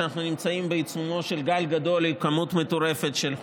אנחנו נמצאים בעיצומו של גל גדול עם כמות מטורפת של חולים,